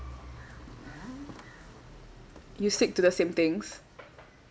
you stick to the same things